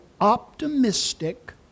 optimistic